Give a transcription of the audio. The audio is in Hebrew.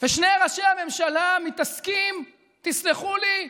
ושני ראשי הממשלה מתעסקים, תסלחו לי,